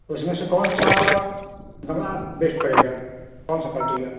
उसमें से कौन सा गमला बेस्ट पड़ेगा कौन सा क्वालिटी का